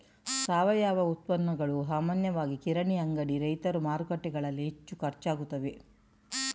ಸಾವಯವ ಉತ್ಪನ್ನಗಳು ಸಾಮಾನ್ಯವಾಗಿ ಕಿರಾಣಿ ಅಂಗಡಿ, ರೈತರ ಮಾರುಕಟ್ಟೆಗಳಲ್ಲಿ ಹೆಚ್ಚು ಖರ್ಚಾಗುತ್ತವೆ